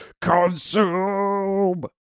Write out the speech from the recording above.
consume